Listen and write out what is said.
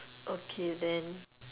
okay then